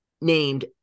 named